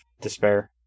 despair